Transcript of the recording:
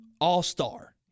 all-star